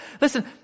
Listen